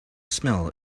smell